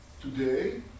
today